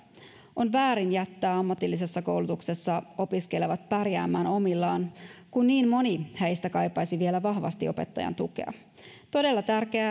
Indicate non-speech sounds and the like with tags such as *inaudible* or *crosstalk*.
on väärin jättää ammatillisessa koulutuksessa opiskelevat pärjäämään omillaan kun niin moni heistä kaipaisi vielä vahvasti opettajan tukea on todella tärkeää *unintelligible*